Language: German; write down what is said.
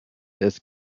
des